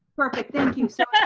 perfect, thank you so much.